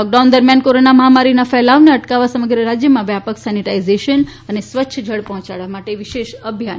lockdown દરમ્યાન corona મહામારીના ફેલાવને અટકાવવા સમગ્ર રાજ્યમાં વ્યાપક સેનીટાઈઝેશન અને સ્વચ્છ જળ પહોંચાડવા માટે વિશેષ અભિયાન હાથ ધરાશે